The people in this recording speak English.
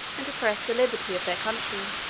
and oppressed the liberty of their country.